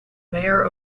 mayor